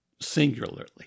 singularly